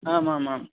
आमामाम्